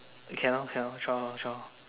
okay lor K lor twelve lor twelve